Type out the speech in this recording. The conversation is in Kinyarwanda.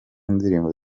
ndirimbo